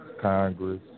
Congress